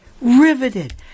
riveted